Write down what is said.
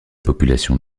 population